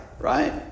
right